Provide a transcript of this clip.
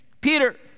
Peter